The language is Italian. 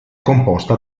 composta